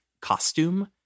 costume